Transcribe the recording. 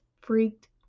freaked